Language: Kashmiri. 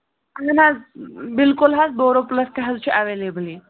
اَہن حظ بِلکُل حظ بوروپٕلَس تہِ حظ چھُ اٮ۪ویلیبٕل ییٚتۍ